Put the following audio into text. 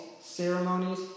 ceremonies